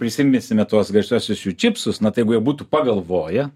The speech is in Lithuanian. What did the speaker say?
prisiminsime tuos garsiuosius jų čipsus na tai jeigu jie būtų pagalvoję